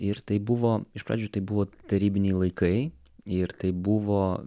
ir tai buvo iš pradžių tai buvo tarybiniai laikai ir tai buvo